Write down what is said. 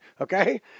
Okay